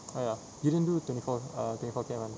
ah ya you didn't do twenty four uh twenty four K_M kan